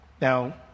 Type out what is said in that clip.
Now